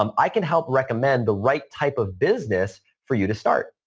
um i can help recommend the right type of business for you to start.